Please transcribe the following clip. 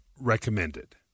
recommended